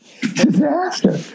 disaster